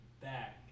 back